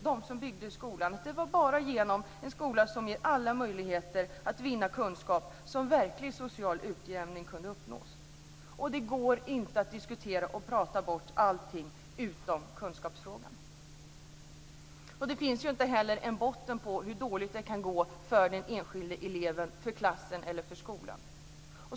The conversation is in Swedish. De som byggde skolan visste att det var bara genom en skola som ger alla möjlighet att vinna kunskap som verklig social utjämning kunde uppnås. Det går inte att prata bort detta genom att diskutera allt utom kunskapsfrågan. Det finns inte heller någon botten på hur dåligt det kan gå för den enskilde eleven, för klassen eller för skolan.